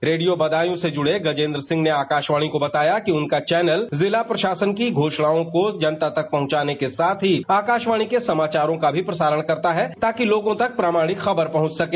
radio Badaun से जुड़े गजेन्द्र सिंह ने आकाशवाणी को बताया कि उनका चैनल जिला प्रशासन की घोषणाओं को जनता तक पहुंचाने के साथ ही आकाशवाणी के समाचारों का भी प्रसारण करता है ताकि लोगों तक प्रामाणिक खबर पहुंच सके